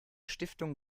stiftung